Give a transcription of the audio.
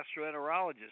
gastroenterologist